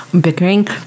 bickering